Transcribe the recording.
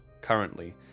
currently